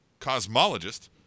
cosmologist